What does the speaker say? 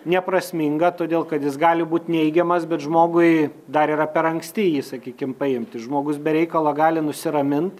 neprasminga todėl kad jis gali būt neigiamas bet žmogui dar yra per anksti jį sakykim paimti žmogui jis be reikalo gali nusiramint